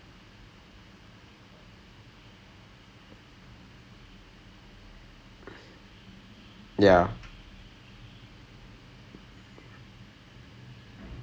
to find the start button அது ஆரம்பித்து விட்டா:athu aarambitthu vittaa then they're like fine because they have plans and everything they're just like எப்படி ஆரம்பிச்சு விடுறது:eppadi aarambicchu vidurathu then they're like then me and nivedha we are like